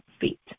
feet